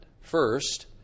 First